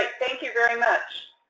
ah thank you very much.